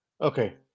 okay